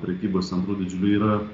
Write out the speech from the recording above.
prekybos centrų didžiulių yra